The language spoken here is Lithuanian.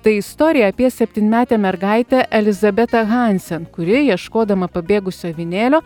tai istorija apie septynmetę mergaitę elizabetą hansen kuri ieškodama pabėgusio avinėlio